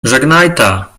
żegnajta